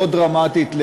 לא דרמטית,